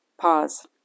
Pause